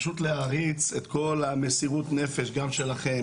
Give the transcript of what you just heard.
פשוט להעריץ את כל מסירות הנפש גם שלכם,